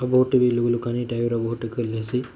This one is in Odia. ବହୁତ୍ ଟିଭି ଲୋକାନି ଟାଇପ୍ର ବହୁତ୍ ଟି ଖେଲ୍ ହେସି